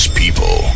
people